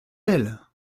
d’elle